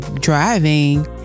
driving